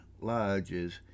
Lodges